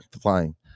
flying